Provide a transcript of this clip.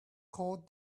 call